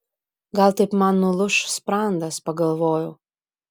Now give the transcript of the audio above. gal taip man nulūš sprandas pagalvojau